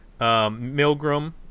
Milgram